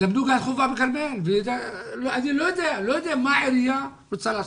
אני לא יודע מה העירייה רוצה לעשות.